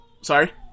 Sorry